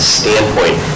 standpoint